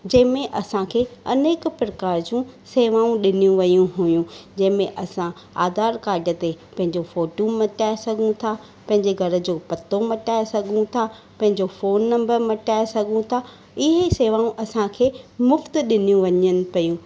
जंहिंमें असांखे अनेक प्रकार जूं सेवाऊं ॾिनियूं वियूं हुयूं जंहिंमें असां आधार कार्ड ते पंहिंजो फ़ोटू मटाए सघूं था पंहिंजे घर जो पतो मटाए सघूं था पंहिंजो फ़ोन नंबरु मटाए सघूं था इन ई सेवाऊं असांखे मुफ़्ति ॾिनियूं वञनि पियूं